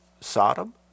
Sodom